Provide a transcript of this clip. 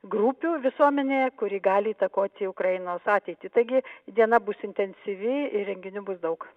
grupių visuomenėje kuri gali įtakoti ukrainos ateitį taigi diena bus intensyvi ir renginių bus daug